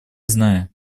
знаю